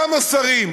כמה שרים.